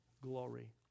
glory